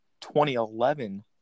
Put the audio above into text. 2011